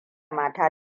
mata